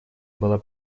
была